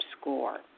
score